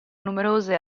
numerose